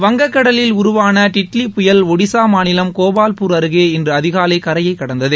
வங்கக்கடலில் உருவான டிட்லி புயல் ஒடிசா மாநிலம் கோபாவ்பூர் அருகே இன்று அதிகாலை கரையை கடந்தது